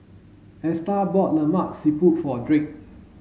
Esta bought Lemak Siput for Drake